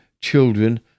children